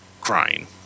crying